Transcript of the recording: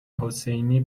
حسینی